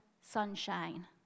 sunshine